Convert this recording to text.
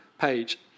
page